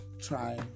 try